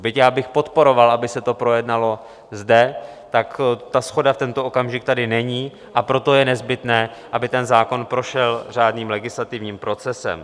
Byť já bych podporoval, aby se to projednalo zde, tak shoda v tento okamžik tady není, a proto je nezbytné, aby zákon prošel řádným legislativním procesem.